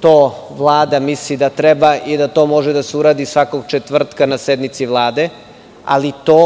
to Vlada misli da treba i da to može da se uradi svakog četvrtka na sednici Vlade, ali to